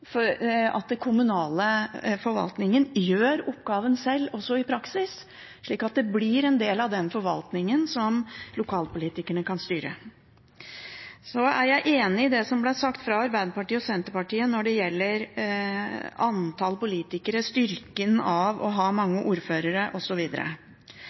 kommunale forvaltningen gjør oppgaven sjøl, også i praksis, slik at det blir en del av den forvaltningen som lokalpolitikerne kan styre. Så er jeg enig i det som ble sagt fra Arbeiderpartiet og Senterpartiet når det gjelder antall politikere, styrken av å ha mange ordførere,